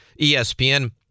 ESPN